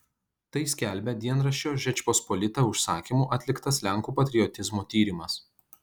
tai skelbia dienraščio žečpospolita užsakymu atliktas lenkų patriotizmo tyrimas